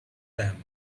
them